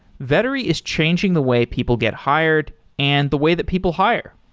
vettery is changing the way people get hired and the way that people hire.